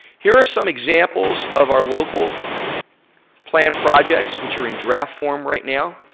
here are some examples of our local plan projects which are in draft form right now.